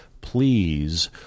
please